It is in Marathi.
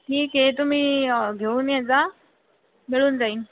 ठीक आहे तुम्ही घेऊन एजा मिळून जाईल